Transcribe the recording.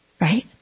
right